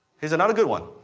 heres another good one.